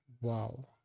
Wow